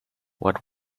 what